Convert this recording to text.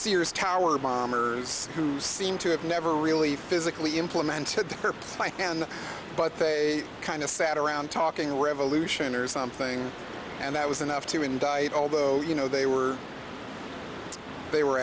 sears tower bombers who seem to have never really physically implemented the purpose i can but they kind of sat around talking revolution or something and that was enough to indict although you know they were they were